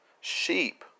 Sheep